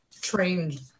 trained